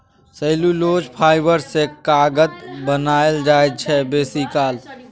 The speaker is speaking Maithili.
सैलुलोज फाइबर सँ कागत बनाएल जाइ छै बेसीकाल